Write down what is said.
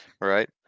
right